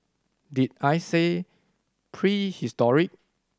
did I say prehistoric